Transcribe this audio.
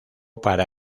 para